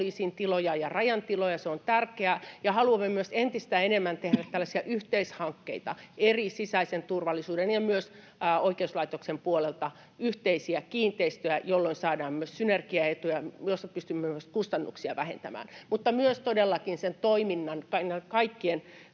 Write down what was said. poliisin tiloja ja rajan tiloja, se on tärkeää, ja haluamme myös entistä enemmän tehdä tällaisia yhteishankkeita eri sisäisen turvallisuuden ja myös oikeuslaitoksen puolelta, yhteisiä kiinteistöjä, jolloin saadaan myös synergiaetuja, joilla pystymme myös kustannuksia vähentämään. Mutta myös todellakin kaikkien